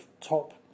top